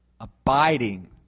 abiding